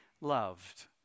loved